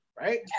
right